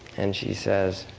and she says,